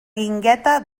guingueta